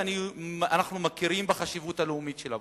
ולהפתעתי הם אמרו לי: אנחנו מכירים בחשיבות הלאומית של הפרויקט.